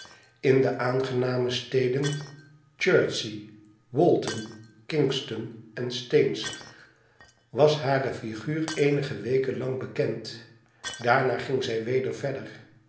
in de aangename steden chertsey walton kingston en staines was hare figuur eemge weken lang welbekend daarna ging zij weder verder